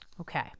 Okay